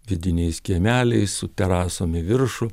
vidiniais kiemeliais su terasom į viršų